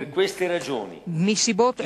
מסיבות אלה,